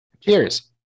cheers